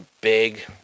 Big